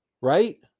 Right